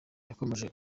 yakomeje